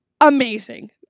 Amazing